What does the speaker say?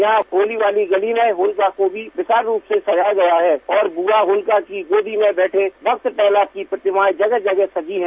यहां हॉलीबाली गली में होलिका को भी विशाल रूप से सजाया गया है और बुआ होलिका की गोदी में बैठे भक्त प्रह्लाद की प्रतिमाएं जगह जगह सजी हैं